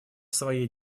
своей